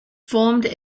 formed